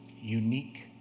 unique